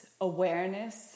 awareness